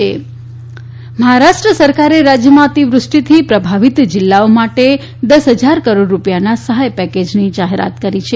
મહારાષ્ટ્ર ઠાકરે મહારાષ્ટ્ર સરકારે રાજ્યમાં અતિવૃષ્ટિથી પ્રભાવિત જિલ્લાઓ માટે દસ હજાર કરોડ રૂપિયાના સહાય પેકેજની જાહેરાત કરી છે